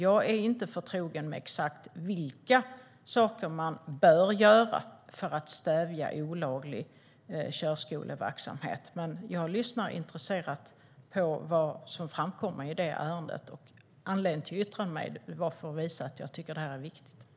Jag är inte förtrogen med exakt vilka saker man bör göra för att stävja olaglig körskoleverksamhet, men jag lyssnar intresserat på vad som framkommer i det ärendet. Anledningen till att jag yttrade mig var att jag ville visa att jag tycker att detta är viktigt.